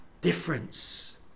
difference